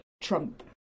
trump